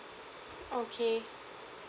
okay